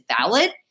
valid